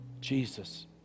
Jesus